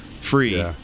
free